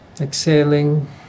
Exhaling